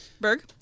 Berg